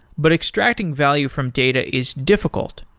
but extracting value from data is difficult,